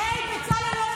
נתקבלה.